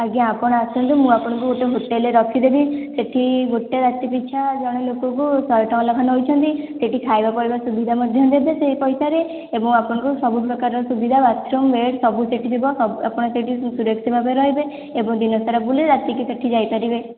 ଆଜ୍ଞା ଆପଣ ଆସନ୍ତୁ ମୁଁ ଆପଣଙ୍କୁ ଗୋଟେ ହୋଟେଲ ରେ ରଖିଦେବି ସେଇଠି ଗୋଟେ ରାତି ପିଛା ଜଣେ ଲୋକକୁ ଶହେ ଟଙ୍କା ଲେଖା ନେଉଛନ୍ତି ସେଇଠି ଖାଇବା ପିଇବା ସୁବିଧା ମଧ୍ୟ ଦେବେ ସେହି ପଇସାରେ ଏବଂ ଆପଣଙ୍କୁ ସବୁ ପ୍ରକାରର ସୁବିଧା ବାଥରୁମ ବେଡ଼ ସବୁ ସେଇଠି ଥିବ ଆପଣ ସେଇଠି ସୁରକ୍ଷିତ ଭାବରେ ରହିବେ ଏବଂ ଦିନ ସାରା ବୁଲି ରାତିକି ସେଇଠିକୁ ଯାଇପାରିବେ